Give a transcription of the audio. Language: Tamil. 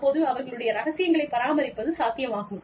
அப்போது அவர்களுடைய ரகசியங்களை பராமரிப்பது சாத்தியமாகும்